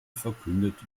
verkündet